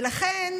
ולכן